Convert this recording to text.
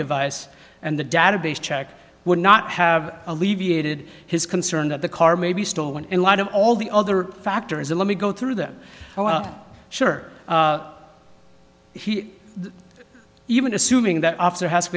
device and the database check would not have alleviated his concern that the car may be stolen in light of all the other factor is a let me go through that well sure he even assuming that after has